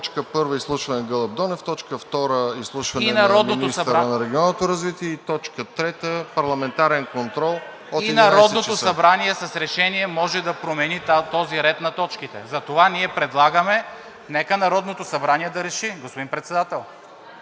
И Народното събрание с решение може да промени този ред на точките, затова ние предлагаме. Нека Народното събрание да реши. Господин Председател,